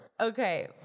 Okay